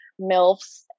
MILFs